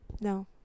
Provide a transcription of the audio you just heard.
No